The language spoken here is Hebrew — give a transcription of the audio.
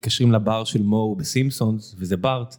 ניגשים לבר של מו בסימפסונ'ס, וזה בארט.